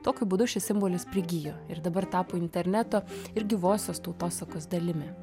tokiu būdu šis simbolis prigijo ir dabar tapo interneto ir gyvosios tautosakos dalimi